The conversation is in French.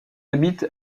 habite